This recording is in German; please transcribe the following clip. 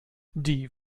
die